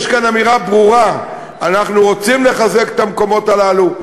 יש כאן אמירה ברורה: אנחנו רוצים לחזק את המקומות הללו,